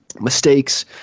mistakes